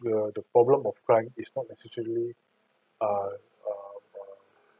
where the problem of crime is not necessarily err um um